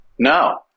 No